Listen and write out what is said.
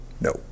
No